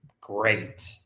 great